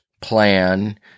plan